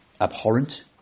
abhorrent